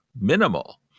minimal